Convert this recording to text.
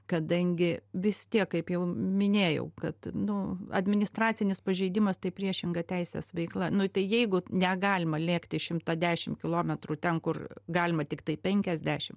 kadangi vistiek kaip jau minėjau kad nu administracinis pažeidimas tai priešinga teisės veikla nu tai jeigu negalima lėkti šimtą dešim kilometrų ten kur galima tiktai penkiasdešim